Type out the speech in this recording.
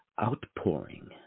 outpouring